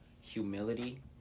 humility